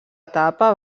etapa